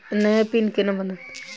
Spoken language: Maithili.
नया पिन केना बनत?